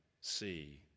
see